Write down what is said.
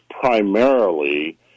primarily